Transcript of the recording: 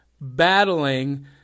battling